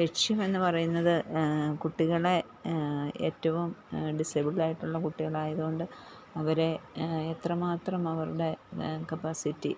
ലക്ഷ്യമെന്ന് പറയുന്നത് കുട്ടികളെ ഏറ്റവും ഡിസേബിൾഡ് ആയിട്ടുള്ള കുട്ടികളായതുകൊണ്ട് അവരെ എത്രമാത്രം അവരുടെ കപ്പാസിറ്റി